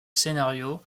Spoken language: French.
scénario